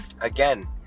again